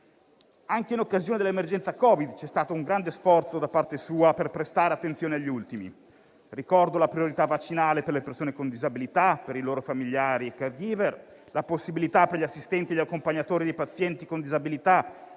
Anche in occasione dell'emergenza Covid c'è stato un grande sforzo da parte del Ministro per prestare attenzione agli ultimi: ricordo la priorità vaccinale per le persone con disabilità, per i loro familiari *caregiver*, la possibilità per gli assistenti e gli accompagnatori di pazienti con disabilità